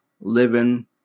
living